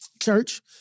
Church